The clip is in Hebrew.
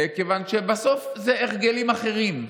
מכיוון שבסוף זה הרגלים אחרים,